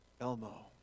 Elmo